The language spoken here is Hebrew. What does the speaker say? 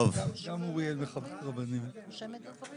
ידע ואת אמצעי הקשר